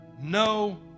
no